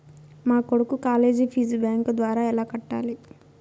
మా కొడుకు college fee bank ద్వారా ఎలా కట్టాలి?